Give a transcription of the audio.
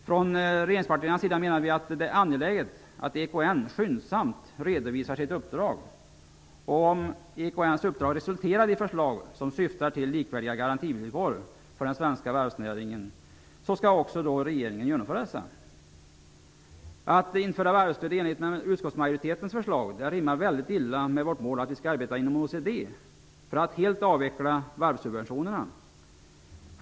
Från regeringspartiernas sida menar vi att det är angeläget att EKN skyndsamt redovisar sitt uppdrag. Om EKN:s uppdrag resulterar i förslag som syftar till likvärdiga garantivillkor för den svenska varvsnäringen skall regeringen genomföra dessa. Att införa varvsstöd i enlighet med utskottsmajoritetens förslag rimmar väldigt illa med vårt mål att vi skall arbeta iom OECD för att helt avveckla varvssubventionerna.